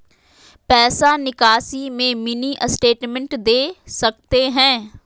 पैसा निकासी में मिनी स्टेटमेंट दे सकते हैं?